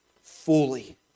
fully